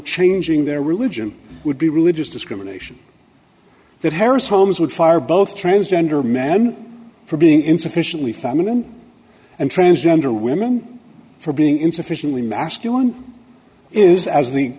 changing their religion would be religious discrimination that harris holmes would fire both transgender men for being insufficiently famine and transgender women for being insufficiently masculine is as the